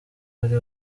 hari